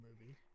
movie